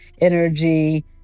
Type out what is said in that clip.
energy